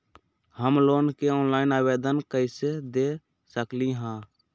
हम लोन के ऑनलाइन आवेदन कईसे दे सकलई ह?